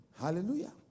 Hallelujah